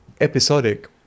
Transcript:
Episodic